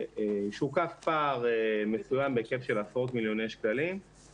שוקף פער מסוים בהיקף של עשרות מיליוני שקלים,